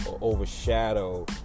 overshadow